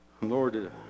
Lord